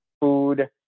food